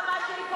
למה השאיפות שלך,